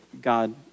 God